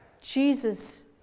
Jesus